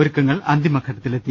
ഒരുക്കങ്ങൾ അന്തിമ ഘട്ടത്തിലെത്തി